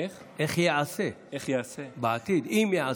איך ייעשה, בעתיד, אם ייעשה.